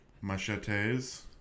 Machete's